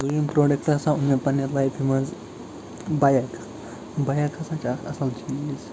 دوٚیِم پرٛوڈکٹ ہا اوٚن مےٚ پنٛنہِ لافہِ منٛز بایِک بایِک ہسا چھِ اکھ اصٕل چیٖز